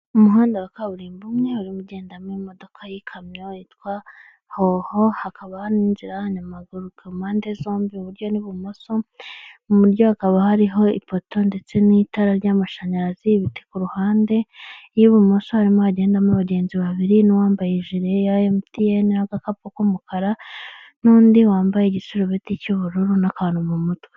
Umuhanda wa kaburimbo umwe urimo ugendamo imodoka y'ikamyo yitwa hoho hakaba hari n'inzira y'abanyamagaru ku mpande zombi iburyo n'ibumoso, mu buryo hakaba hariho ifoto ndetse n'itara ry'amashanyarazi ibiti kuruhande, iy'ibumoso harimo hagendamo abagenzi babiri n'uwambaye ijire ya emutiyeni n'agakapu k'umukara n'undi wambaye igisebeti cy'ubururu n'akantu mu mutwe.